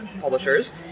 publishers